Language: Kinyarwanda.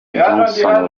johnston